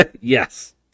Yes